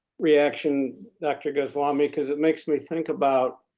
reaction, dr. goswami, because it makes me think about